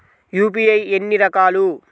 UPI ఎన్ని రకాలు?